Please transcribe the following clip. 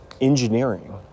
Engineering